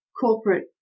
corporate